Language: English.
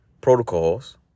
protocols